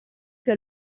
più